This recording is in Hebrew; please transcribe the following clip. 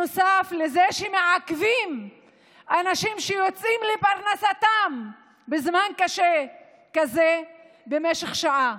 נוסף על זה שמעכבים אנשים שיוצאים לפרנסתם בזמן קשה כזה במשך שעה.